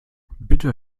bitte